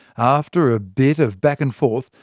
after a bit of back-and-forth,